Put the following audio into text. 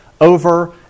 over